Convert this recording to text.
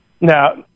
now